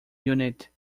unit